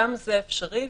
גם זה אפשרי.